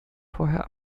vorher